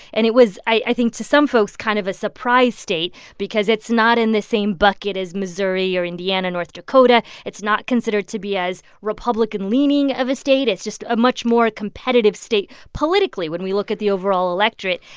and it was, i think, to some folks, kind of a surprise state because it's not in the same bucket as missouri or indiana, north dakota. it's not considered to be as republican-leaning of a state. it's just a much more competitive state politically when we look at the overall electorate.